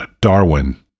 Darwin